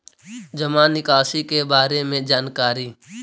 जामा निकासी के बारे में जानकारी?